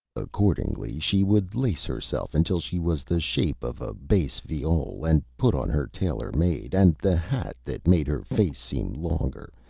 accordingly, she would lace herself until she was the shape of a bass viol, and put on her tailor-made and the hat that made her face seem longer,